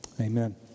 amen